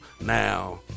now